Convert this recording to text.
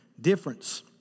difference